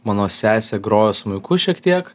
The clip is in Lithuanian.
mano sesė grojo smuiku šiek tiek